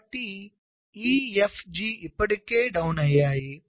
కాబట్టి E F G ఇప్పటికే down అయ్యాయి